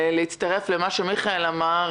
להצטרף אל מה שמיכאל ביטון אמר: